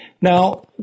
Now